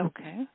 Okay